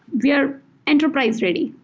we are enterprise ready.